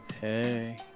Hey